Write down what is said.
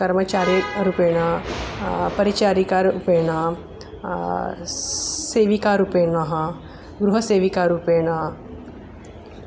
कर्मचारी रूपेण परिचारिकारूपेण सेविकारूपेण गृहसेविकारूपेण